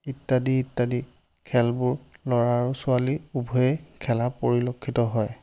ইত্যাদি ইত্যাদি খেলবোৰ ল'ৰা আৰু ছোৱালী উভয়ে খেলা পৰিলক্ষিত হয়